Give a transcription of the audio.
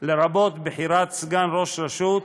לרבות בחירת סגן ראש רשות,